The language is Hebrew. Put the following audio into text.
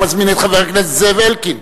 ומזמין את חבר הכנסת זאב אלקין,